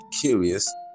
Curious